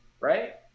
right